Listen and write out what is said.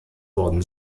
worden